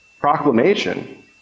proclamation